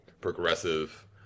progressive